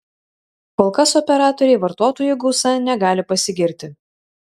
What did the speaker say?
kol kas operatoriai vartotojų gausa negali pasigirti